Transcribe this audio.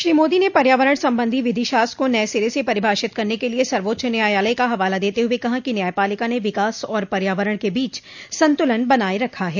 श्री मोदी ने पर्यावरण संबंधी विधिशास्त्र को नये सिरे से परिभाषित करने के लिए सर्वोच्च न्यायालय का हवाला देते हुए कहा कि न्यायपालिका ने विकास और पर्यावरण के बोच संतुलन बनाये रखा है